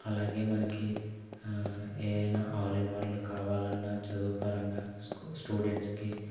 అలాగే మనకి యేయన్నా ఆల్ఇన్వన్లు కావలన్నా చదువు పరంగా స్కూ స్టూడెంట్స్కి